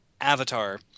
Avatar